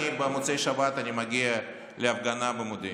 במוצאי שבת אני אגיע להפגנה במודיעין,